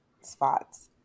Spots